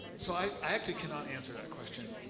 so i actually cannot answer that question.